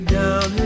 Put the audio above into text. down